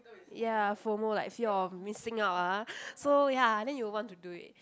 ya Fomo like fear of missing out ah so ya then you will want to do it